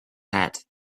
hat